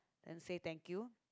then say thank you